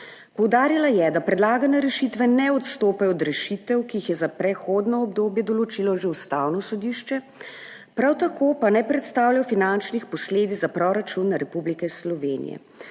Poudarila je, da predlagane rešitve ne odstopajo od rešitev, ki jih je za prehodno obdobje določilo že Ustavno sodišče, prav tako pa ne predstavljajo finančnih posledic za proračun Republike Slovenije.